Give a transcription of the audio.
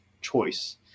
choice